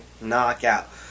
knockout